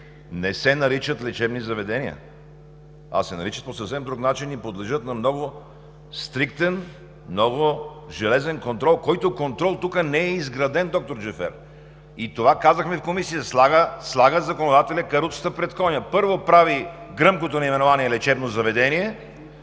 Не се наричат лечебни заведения, а се наричат по съвсем друг начин и подлежат на много стриктен, много железен контрол, който контрол тук не е изграден, доктор Джафер. И това казахме в Комисията – законодателят слага каруцата пред коня. Първо, прави гръмкото наименование – лечебно заведение